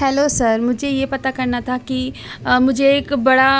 hello sir مجھے یہ پتا کرنا تھا کہ مجھے ایک بڑا